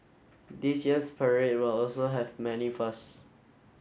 this year's parade will also have many firsts